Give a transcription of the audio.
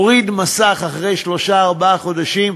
הוריד מסך אחרי שלושה-ארבעה חודשים,